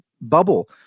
bubble